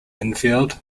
enfield